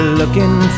looking